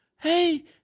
hey